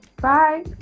bye